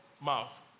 mouth